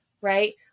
Right